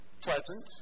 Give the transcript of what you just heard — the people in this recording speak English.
pleasant